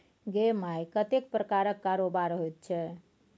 गै माय कतेक प्रकारक कारोबार होइत छै